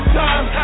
time